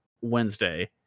Wednesday